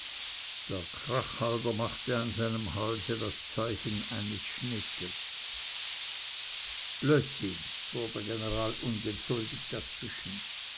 der krachhalder machte an seinem halse das zeichen eines schnittes blödsinn fuhr der general ungeduldig dazwischen